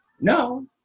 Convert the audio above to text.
No